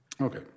Okay